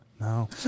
No